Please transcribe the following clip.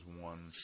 one